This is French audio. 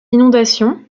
inondations